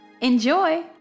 Enjoy